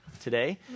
today